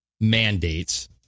mandates